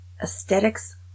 Aesthetics